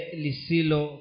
lisilo